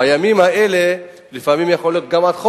ובימים האלה, לפעמים יכולים להיות גם עד חודש,